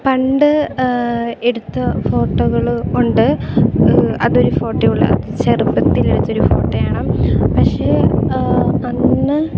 പണ്ട് എടുത്ത ഫോട്ടോകൾ ഉണ്ട് അത് ഒരു ഫോട്ടോ ഉള്ളൂ അത് ചെറുപ്പത്തിൽ എടുത്തൊരു ഫോട്ടോ ആണ് പക്ഷേ അന്ന്